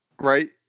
right